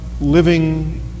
living